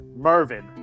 Mervin